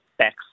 tax